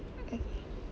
okay